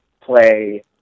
play